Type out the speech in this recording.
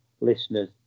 listeners